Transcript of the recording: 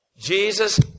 Jesus